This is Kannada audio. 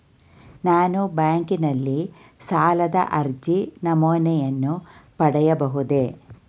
ನಾನು ಬ್ಯಾಂಕಿನಲ್ಲಿ ಸಾಲದ ಅರ್ಜಿ ನಮೂನೆಯನ್ನು ಪಡೆಯಬಹುದೇ?